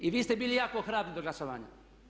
I vi ste bili jako hrabri do glasovanja.